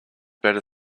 better